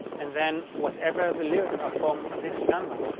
and then whatever the lyrics are from this genre,